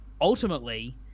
ultimately